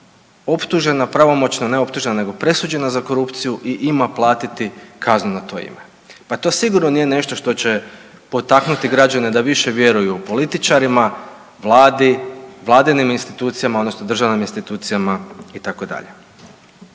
optužena pravomoćno, ne optužena nego presuđena za korupciju i ima platiti kaznu na to ime. Pa to sigurno nije nešto što će potaknuti građane da više vjeruju političarima, vladi, vladinim institucijama odnosno državnim institucijama itd.